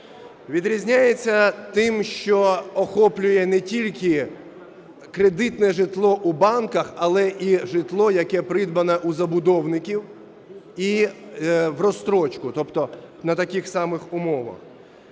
Відрізняється тим, що охоплює не тільки кредитне житло у банках, але і житло, яке придбане у забудовників і в розстрочку, тобто на таких самих умовах.